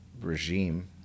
regime